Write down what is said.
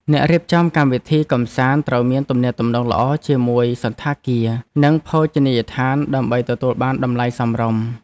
អ្នករៀបចំកម្មវិធីកម្សាន្តត្រូវមានទំនាក់ទំនងល្អជាមួយសណ្ឋាគារ និងភោជនីយដ្ឋានដើម្បីទទួលបានតម្លៃសមរម្យ។